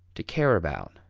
to care about,